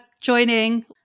joining